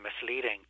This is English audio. misleading